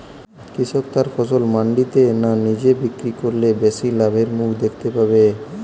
কৃষক তার ফসল মান্ডিতে না নিজে বিক্রি করলে বেশি লাভের মুখ দেখতে পাবে?